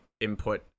input